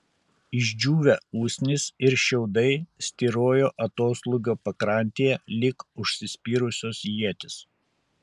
išdžiūvę usnys ir šiaudai styrojo atoslūgio pakrantėje lyg užsispyrusios ietys